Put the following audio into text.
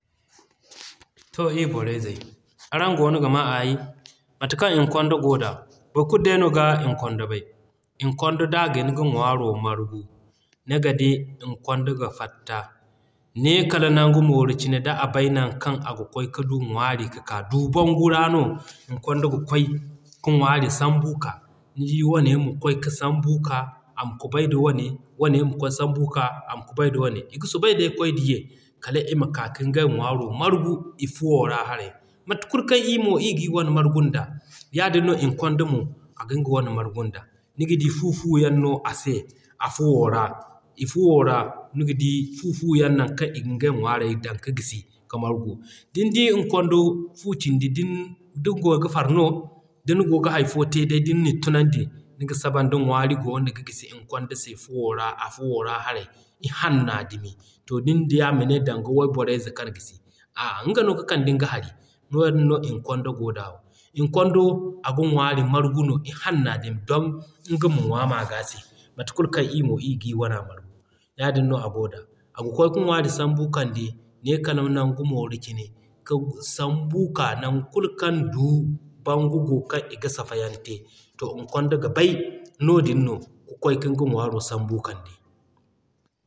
To ii borey zey araŋ goono ga maa aayi. Mate kaŋ Nkondo goo da. Boro kulu day no ga Nkondo bay. Nkondo d'a gin ga ŋwaaro margu, niga di Nkondo ga fatta ne kala nangu mooro cine d'a bay non kaŋ aga kwaay ka du ŋwaari ka ka. Duubangu ra no, Nkondo ga kwaay ka ŋwaari sambu ka. Nidi wane ma kwaay ka sambu ka, ama kubay da wane, wane ma kwaay sambu ka, ama kubay da wane. I ga soobay day kwaay da ye kala ima ka kiŋ gay ŋwaaro margu i fuwo ra haray. Mate kulu kaŋ ii mo ii gir wane margun da, yaadin no Nkondo mo a giŋ ga wane margun da. Niga di fu fu yaŋ no a se a fuwo ra i fuwo ra niga di fu fu yaŋ nan kaŋ i giŋ gay ŋwaaray dan ka gisi ka margu. Din di Nkondo fu cindi din goo ga far no, din goo ga hay fo te day din ni tunandi, niga saban da ŋwaari goono ka gisi Nkondo se fuwo ra a fuwo ra haray i hanna dumi. To din diya ma ne danga wayborey ze kaŋ gisi a'a nga no ga kande nga hari. Yaadin Nkondo goo da, Nkondo aga ŋwaari margu no i hanna dumi don i ga ma ŋwa m'a g'a se mate kulu kaŋ ii mo ii gir wana margu. Yaadin no a goo da, aga kwaay ka ŋwaari sambu kande nee kala nangu mooro cine ka sambu ka nan kulu kaŋ duubangu goo kaŋ i ga safa yaŋ te. To Nkondo ga bay noodin no ka kwaay kiŋ ga ŋwaaro sambu kande